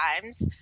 times